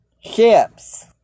ships